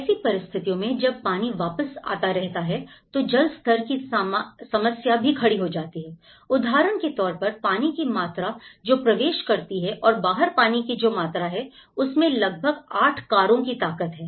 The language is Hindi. ऐसी परिस्थितियों में जब पानी वापस आता रहता है तो जल स्तर की समस्या भी खड़ी हो जाती है उदाहरण के तौर पर पानी की मात्रा जो प्रवेश करती है और बाहर पानी की जो मात्रा है उसमें लगभग 8 कारों की ताकत है